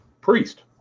priest